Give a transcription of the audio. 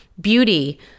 beauty